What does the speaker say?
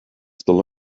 still